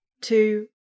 two